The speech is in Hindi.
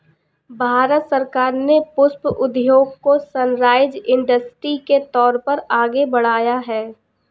भारत सरकार ने पुष्प उद्योग को सनराइज इंडस्ट्री के तौर पर आगे बढ़ाया है